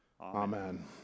Amen